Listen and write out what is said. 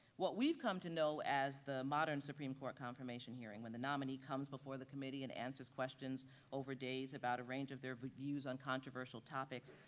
what we've come to know as the modern supreme court confirmation hearing, when the nominee comes before the committee and answers questions over days about a range of their views on controversial topics,